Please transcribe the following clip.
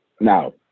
now